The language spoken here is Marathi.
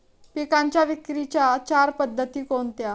पिकांच्या विक्रीच्या चार पद्धती कोणत्या?